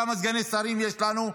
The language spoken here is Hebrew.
כמה סגני שרים יש לנו,